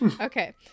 okay